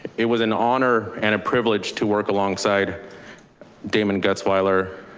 it was an honor and a privilege to work alongside damon gutzwiller